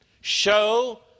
show